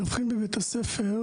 מדווחים בבית הספר,